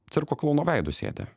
cirko klouno veidu sėdi